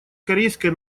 корейской